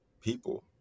people